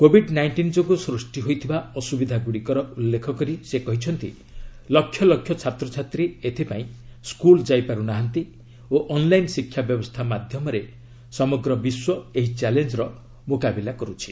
Covid nineteen ଯୋଗୁଁ ସୃଷ୍ଟି ହୋଇଥିବା ଅସୁବିଧା ଗୁଡ଼ିକର ଉଲ୍ଲେଖ କରି ସେ କହିଛନ୍ତି ଲକ୍ଷ ଲକ୍ଷ ଛାତ୍ରଛାତ୍ରୀ ଏଥିପାଇଁ ସ୍କୁଲ ଯାଇପାରୁ ନାହାନ୍ତି ଓ ଅନ୍ଲାଇନ୍ ଶିକ୍ଷା ବ୍ୟବସ୍ଥା ମାଧ୍ୟମରେ ସମଗ୍ର ବିଶ୍ୱ ଏହି ଚ୍ୟାଲେଞ୍ଜର ମୁକାବିଲା କରୁଛି